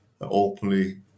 openly